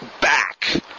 back